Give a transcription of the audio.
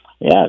Yes